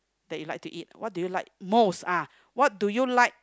that you like to eat what do you like most ah what do you like